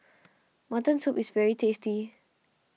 Mutton Soup is very tasty